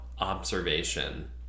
observation